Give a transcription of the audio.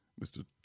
Mr